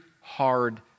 hard